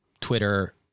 Twitter